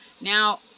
now